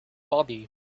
body